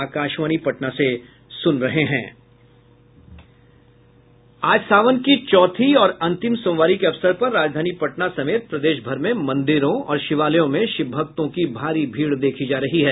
आज सावन की चौथी और अंतिम सोमवारी के अवसर पर राजधानी पटना समेत प्रदेश भर में मंदिरों और शिवालयों में शिवभक्तों की भारी भीड़ देखी जा रही है